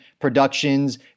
productions